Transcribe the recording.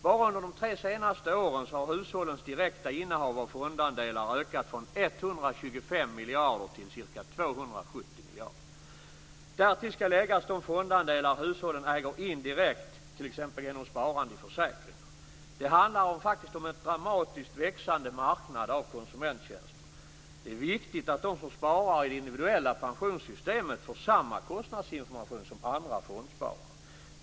Bara under de tre senaste åren har hushållens direkta innehav av fondandelar ökat från 125 miljarder till ca 270 miljarder. Därtill skall läggas de fondandelar hushållen äger indirekt t.ex. genom sparande i försäkringar. Det handlar faktiskt om en dramatiskt växande marknad av konsumenttjänster. Det är viktigt att de som sparar i det individuella pensionssystemet får samma kostnadsinformation som andra fondsparare.